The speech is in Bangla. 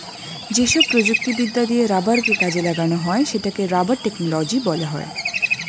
যেসব প্রযুক্তিবিদ্যা দিয়ে রাবারকে কাজে লাগানো হয় সেটাকে রাবার টেকনোলজি বলা হয়